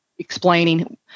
explaining